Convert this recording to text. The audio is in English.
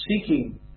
Seeking